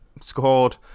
scored